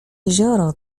jezioro